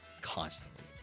constantly